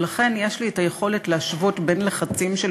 ולכן יש לי יכולת להשוות בין לחצים של